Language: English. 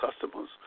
customers